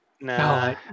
No